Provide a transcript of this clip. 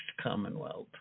commonwealth